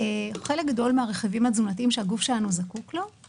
חלק גדול מן הרכיבים התזונתיים שהגוף שלנו זקוק להם,